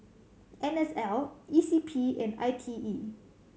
N S L E C P and I T E